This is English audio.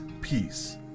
peace